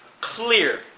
clear